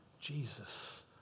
Jesus